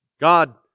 God